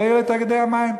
שלא יהיו לתאגידי המים.